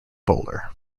bowler